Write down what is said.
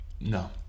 No